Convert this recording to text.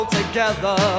together